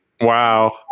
Wow